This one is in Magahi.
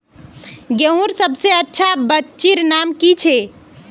गेहूँर सबसे अच्छा बिच्चीर नाम की छे?